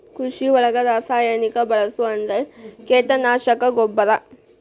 ಕೃಷಿ ಒಳಗ ರಾಸಾಯನಿಕಾ ಬಳಸುದ ಅಂದ್ರ ಕೇಟನಾಶಕಾ, ಗೊಬ್ಬರಾ